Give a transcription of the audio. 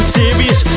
serious